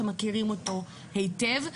הם מכירים אותו היטב,